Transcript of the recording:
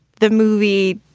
the movie,